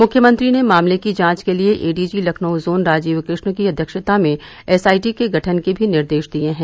मुख्यमंत्री ने मामले की जांच के लिये एडीजी लखनऊ जोन राजीव कृष्ण की अध्यक्षता में एसआईटी के गठन के भी निर्देश दिये हैं